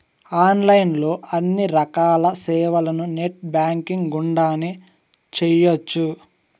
online లో అన్ని రకాల సేవలను నెట్ బ్యాంకింగ్ గుండానే చేయ్యొచ్చు